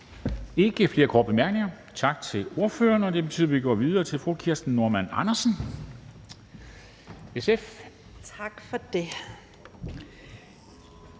ikke flere korte bemærkninger. Tak til ordføreren. Det betyder, at vi går videre til fru Kirsten Normann Andersen,